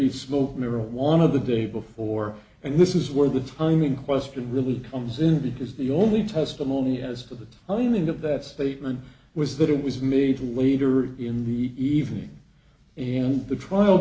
he smoked marijuana the day before and this is where the timing question really comes in because the only testimony as of the finding of that statement was that it was made to later in the evening in the trial